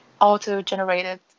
auto-generated